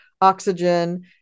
oxygen